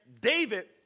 David